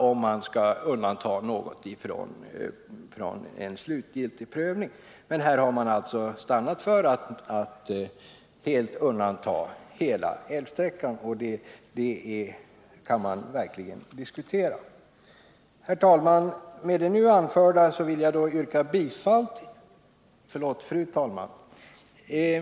Om man skall undanta något från slutgiltig prövning, bör alltså dessa forsar prövas i första hand. Här har man stannat för att undanta hela älvsträckan — ett ställningstagande som verkligen kan diskuteras. Fru talman!